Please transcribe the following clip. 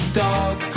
dog